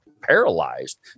paralyzed